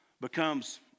becomes